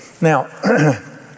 Now